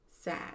sad